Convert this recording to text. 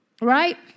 Right